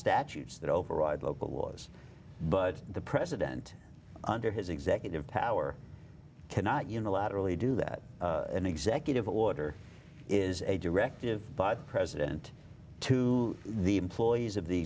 statutes that override local was but the president under his executive power cannot unilaterally do that an executive order is a directive by the president to the employees of the